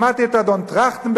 שמעתי את אדון טרכטנברג,